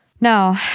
No